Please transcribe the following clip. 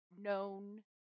known